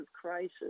crisis